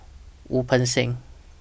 Wu Peng Seng